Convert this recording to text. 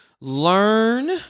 learn